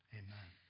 amen